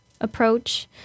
approach